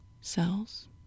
cells